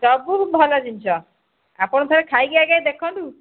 ସବୁ ଭଲ ଜିନିଷ ଆପଣ ଥରେ ଖାଇକି ଆଗେ ଦେଖନ୍ତୁ